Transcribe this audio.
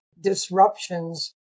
disruptions